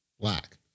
black